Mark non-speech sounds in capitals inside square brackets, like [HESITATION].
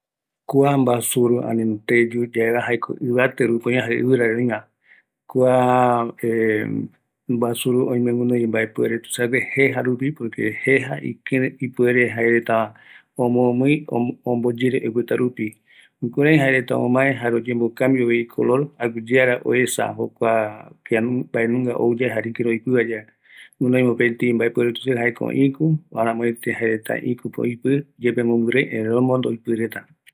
﻿Kua mbasuru ani teyu yaeva jaeko ivate rupi oiva jare ɨvɨrare öiva kua [HESITATION] mbasuru oime guinoi mbaepuere tuisague jeja rupi omomɨi reta oipota rupi, porque jeja ikire ipuere jaereta omomii, omboyere oipota rupi jukurai jaereta omae jare oyembo cambiovi icolor aguiyeara oesa mbaenunga ouyae jare ikirei oipivayae guinoi mopeti mbaepuere tuisague jaeko iku, aramöete jaereta iküpe oipi yepe mombiri öi, erei omondo oipi reta